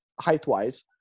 height-wise